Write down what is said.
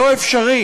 לא אפשרי